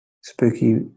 Spooky